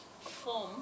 form